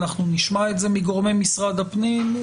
אנחנו נשמע את זה מגורמי משרד הפנים,